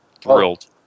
thrilled